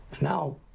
Now